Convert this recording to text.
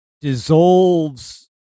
dissolves